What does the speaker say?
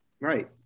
Right